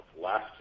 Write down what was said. last